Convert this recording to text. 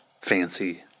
fancy